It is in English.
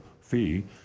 fee